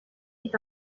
est